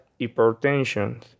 hypertension